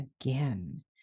again